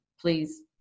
please